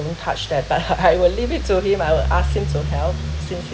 won't touch that but I I will leave it to him I will ask him to help since